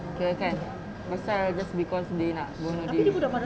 kirakan pasal just because dia nak bunuh diri